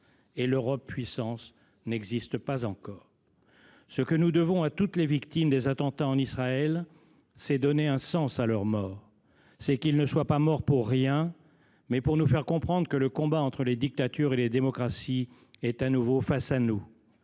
et l’Europe puissance n’existe pas encore. Ce que nous devons à toutes les victimes des attentats en Israël, c’est donner un sens à leur mort. On ne saurait accepter qu’elles soient mortes pour rien. Elles doivent nous faire comprendre que le combat entre les dictatures et les démocraties est de nouveau face à nous.